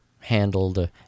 handled